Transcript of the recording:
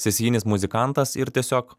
sesijinis muzikantas ir tiesiog